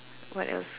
what else